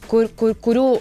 kur kur kurių